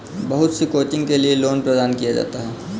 बहुत सी कोचिंग के लिये लोन प्रदान किया जाता है